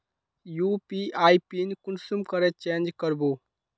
UPI PIN कुंसम करे change करबो?